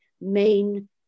main